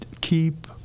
keep